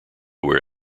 wear